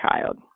child